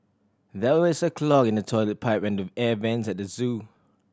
there is a clog in the toilet pipe and the air vents at the zoo